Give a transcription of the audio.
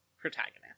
protagonist